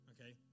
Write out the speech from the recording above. Okay